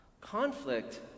Conflict